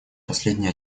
последний